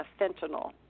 fentanyl